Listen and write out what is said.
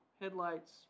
Headlights